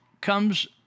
comes